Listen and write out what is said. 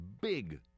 big